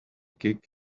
kick